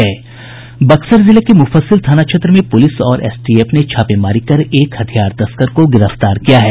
बक्सर जिले के मुफस्सिल थाना क्षेत्र में पुलिस और एसटीएफ ने छापेमारी कर एक हथियार तस्कर को गिरफ्तार किया है